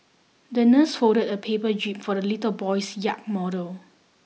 the nurse folded a paper jib for the little boy's yacht model